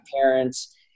parents